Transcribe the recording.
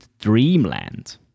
Dreamland